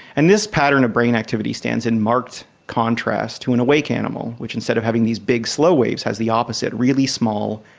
and this pattern of brain activity stands in marked contrast to an awake animal which instead of having these big slow waves has the opposite really small,